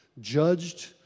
judged